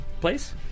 place